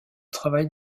travail